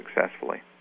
successfully